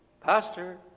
pastor